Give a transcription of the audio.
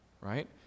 right